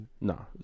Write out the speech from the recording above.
No